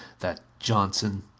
that johnson!